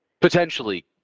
potentially